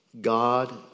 God